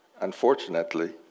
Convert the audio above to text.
Unfortunately